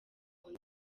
wundi